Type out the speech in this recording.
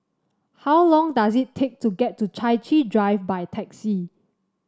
how long does it take to get to Chai Chee Drive by taxi